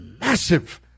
massive